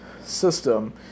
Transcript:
system